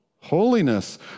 holiness